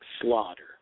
slaughter